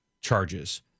charges